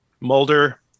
Mulder